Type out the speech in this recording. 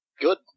good